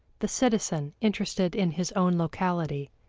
the citizen interested in his own locality,